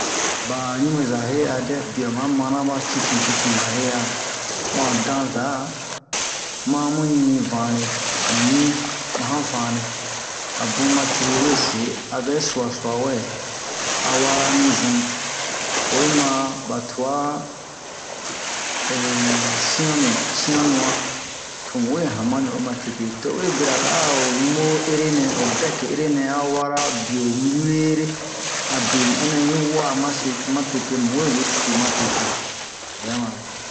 ba ɲubeza he'a dɛ biɛ o ma mana ba cici ba he'a o han danza ma mu ɲi vane mu ɲi ma han vane a bun ba cruru we se a vɛ suasua wɛ a wara mi zun oyi ma ba twa sianu sianu'a to mu we hama ni o ma tete to o we bira aro ɲubo ere nɛ ho bɛk ere nɛ a wara bio wure re a be mu ɛnɛ yi wa'a ma se ma tete mu we wese ma tete o bɛ mare